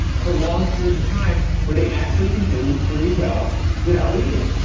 for long periods of time where they actually can do pretty well without eating.